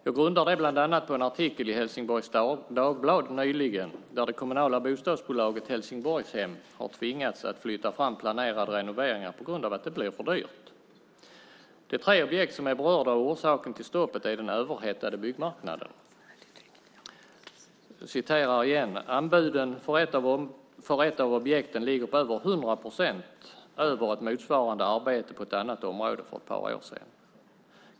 Jag grundar detta bland annat på en artikel i Helsingsborgs Dagblad nyligen, där det står att det kommunala bostadsbolaget Helsingborgshem har tvingats att flytta fram planerade renoveringar på grund av att de blir för dyra. Det är tre objekt som är berörda. Orsaken till stoppet är den överhettade byggmarknaden. Det framgår att anbuden för ett av objekten ligger 100 procent över ett motsvarande arbete på ett annat område för ett par år sedan.